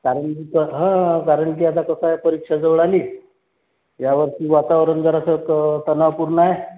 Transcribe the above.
कारण की हा कारण की आता कसं आहे परीक्षा जवळ आली ह्यावर्षी वातावरण जरासं त तणावपूर्ण आहे